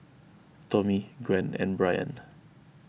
Tommie Gwen and Brianne